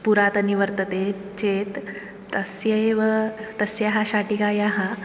पुरातनी वर्तते चेत् तस्यैव तस्याः शाटिकायाः